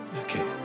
okay